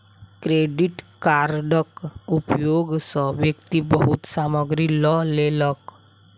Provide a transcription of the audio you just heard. credit कार्डक उपयोग सॅ व्यक्ति बहुत सामग्री लअ लेलक